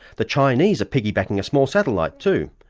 the chinese are piggybacking a small satellite too,